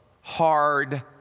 hard